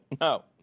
no